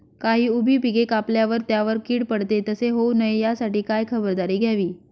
काही उभी पिके कापल्यावर त्यावर कीड पडते, तसे होऊ नये यासाठी काय खबरदारी घ्यावी?